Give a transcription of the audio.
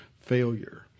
failure